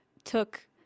took